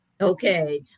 Okay